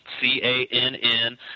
c-a-n-n